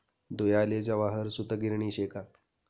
धुयाले जवाहर सूतगिरणी शे का